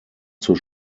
zur